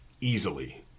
easily